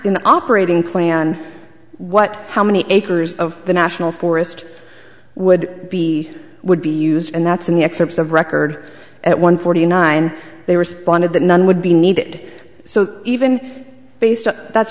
in the operating plan what how many acres of the national forest would be would be used and that's in the excerpts of record at one forty nine they responded that none would be needed so even based on that's